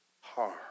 harm